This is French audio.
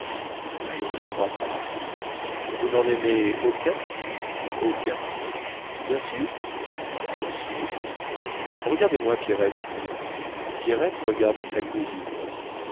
je ne le crois pas vous n'en aimez aucun aucun bien sûr bien sûr regardez-moi pierrette pierrette regarda sa cousine